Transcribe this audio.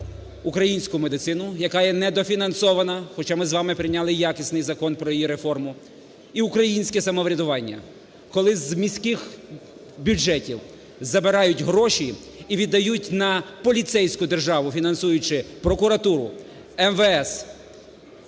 українську медицину, яка є недофінансована, хоча ми з вами прийняли якісний закон про її реформу і українське самоврядування. Коли з міських бюджетів забирають гроші і віддають на поліцейську державу, фінансуючи прокуратуру, МВС,